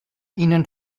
ihnen